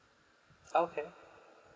okay